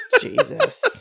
Jesus